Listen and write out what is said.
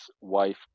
wife